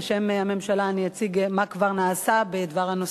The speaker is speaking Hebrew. וגם בשם הממשלה אני אציג מה כבר נעשה בנושאים.